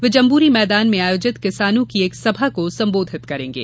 वे जम्बूरी मैदान में आयोजित किसानों की एक सभा को संबोधित करेंगे